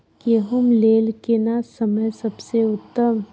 गेहूँ लेल केना समय सबसे उत्तम?